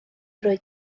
drwy